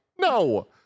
No